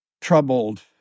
troubled